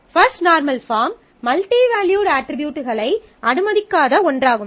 first normal form multi valued அட்ரிபியூட்களை அனுமதிக்காத ஒன்றாகும்